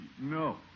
No